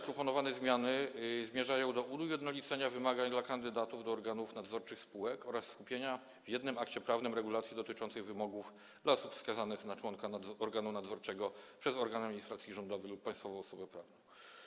Proponowane zmiany zmierzają do ujednolicenia wymagań dla kandydatów do organów nadzorczych spółek oraz skupienia w jednym akcie prawnym regulacji dotyczących wymogów dla osób wskazanych na członków organu nadzorczego przez organ administracji rządowej lub państwową osobę prawną.